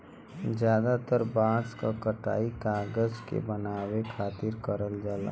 जादातर बांस क कटाई कागज के बनावे खातिर करल जाला